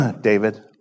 David